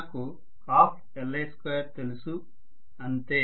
మనకు 12Li2తెలుసు అంతే